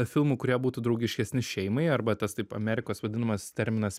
filmų kurie būtų draugiškesni šeimai arba tas taip amerikos vadinamas terminas